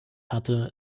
hatte